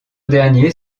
derniers